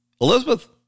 Elizabeth